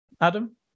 Adam